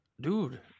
dude